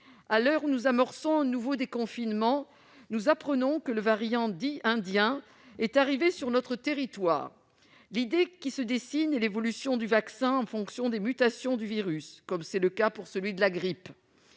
À l'heure où nous amorçons un nouveau déconfinement, nous apprenons que le variant dit « indien » est arrivé sur notre territoire. L'idée qui se dessine est l'évolution du vaccin en fonction des mutations du virus, comme pour celui de la grippe.